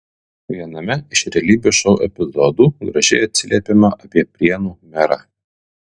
viename iš realybės šou epizodų gražiai atsiliepiama apie prienų merą